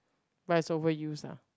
but is over use ah